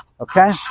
okay